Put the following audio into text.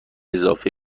اضافه